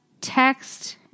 text